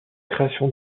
création